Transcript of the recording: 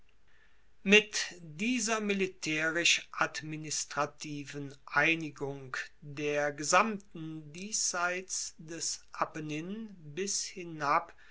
mit dieser militaerisch administrativen einigung der gesamten diesseits des apennin bis hinab